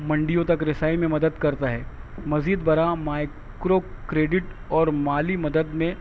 منڈیوں تک رسائی میں مدد کرتا ہے مزید برآں مائیکرو کریڈٹ اور مالی مدد میں